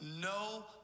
no